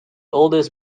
oldest